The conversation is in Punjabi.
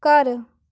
ਘਰ